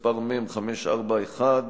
מ/541,